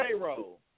payroll